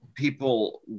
People